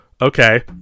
okay